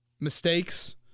mistakes